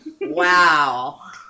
Wow